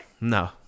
No